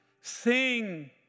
sing